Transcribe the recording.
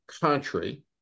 country